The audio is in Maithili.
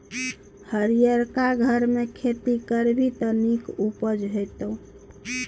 हरियरका घरमे खेती करभी त नीक उपजा हेतौ